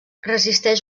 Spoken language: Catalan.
resisteix